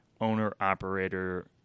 owner-operator